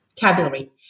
Vocabulary